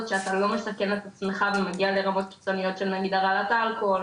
שאתה לא מסכן את עצמך ומגיע לרמות קיצוניות של נגיד הרעלת אלכוהול,